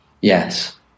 yes